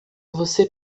você